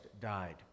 died